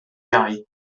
iau